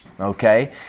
Okay